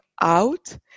out